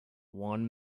one